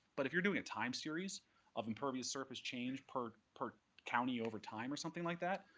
but if you're doing a time series of impervious surface change per per county over time or something like that,